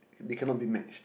they cannot be match